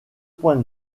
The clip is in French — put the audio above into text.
point